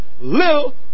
little